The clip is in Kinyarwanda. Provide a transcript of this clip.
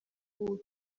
ubu